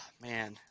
Man